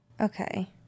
okay